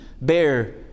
bear